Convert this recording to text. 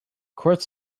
courts